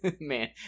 man